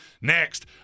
Next